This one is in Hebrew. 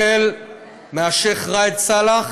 החל בשיח' ראאד סאלח